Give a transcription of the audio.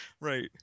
Right